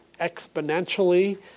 exponentially